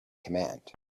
command